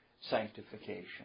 sanctification